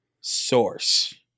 source